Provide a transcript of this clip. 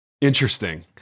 Interesting